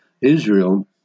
Israel